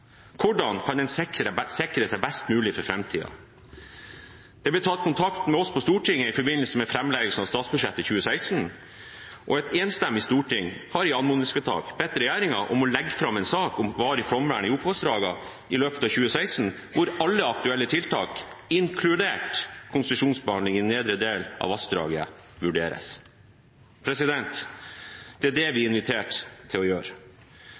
Hvordan kan man sikre seg best mulig for framtiden? Det ble tatt kontakt med oss på Stortinget i forbindelse med framleggelsen av statsbudsjettet for 2016, og et enstemmig storting har i anmodningsvedtak bedt regjeringen om å legge fram en sak om varig flomvern i Opovassdraget i løpet av 2016, hvor alle aktuelle tiltak, inkludert konsesjonsbehandling i nedre del av vassdraget, vurderes. Det er det vi er invitert til å gjøre.